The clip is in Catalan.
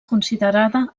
considerada